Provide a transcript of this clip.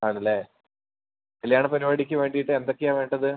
ആണല്ലേ കല്യാണ പരുപാടിക്ക് വേണ്ടിയിട്ട് എന്തൊക്കെയാണ് വേണ്ടത്